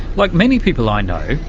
like many people i know,